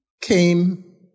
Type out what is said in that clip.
came